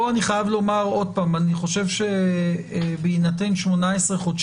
פה אני חייב לומר: בהינתן 18 חודשי